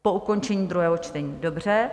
Po ukončení druhého čtení, dobře.